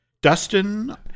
Dustin